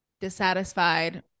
dissatisfied